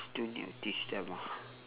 still need teach them ah